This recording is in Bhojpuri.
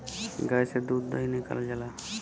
गाय से दूध दही निकालल जाला